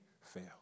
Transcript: fail